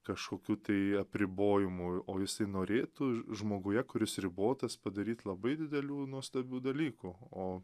kašokių tai apribojimų o jisai norėtų žmoguje kuris ribotas padaryt labai didelių nuostabių dalykų o